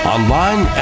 Online